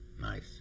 Nice